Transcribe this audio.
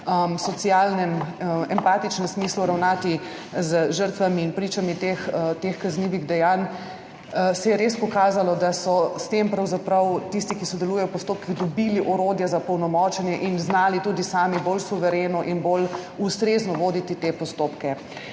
socialnem, empatičnem smislu ravnati z žrtvami in pričami teh kaznivih dejanj. Res se je pokazalo, da so s tem pravzaprav tisti, ki sodelujejo v postopkih, dobili orodje za opolnomočenje in znali tudi sami bolj suvereno in bolj ustrezno voditi te postopke.